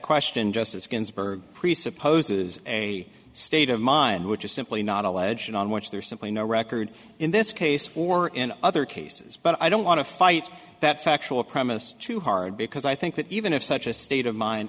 question justice ginsburg presupposes a state of mind which is simply not a legend on which there's simply no record in this case or in other cases but i don't want to fight that factual premise too hard because i think that even if such a state of mind